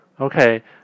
Okay